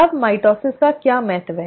अब माइटोसिस का क्या महत्व है